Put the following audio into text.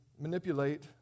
manipulate